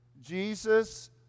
Jesus